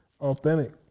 authentic